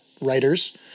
writers